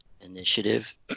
initiative